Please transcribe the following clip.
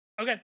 Okay